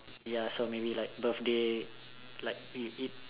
ya so maybe like birthday like you eat